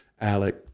Alec